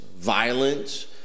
Violence